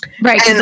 Right